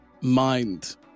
mind